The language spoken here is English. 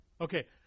Okay